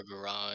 garage